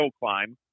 climb